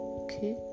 okay